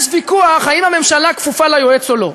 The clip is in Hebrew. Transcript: יש ויכוח האם הממשלה כפופה ליועץ או לא.